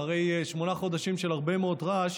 אחרי שמונה חדשים של הרבה מאוד רעש